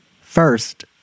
first